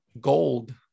gold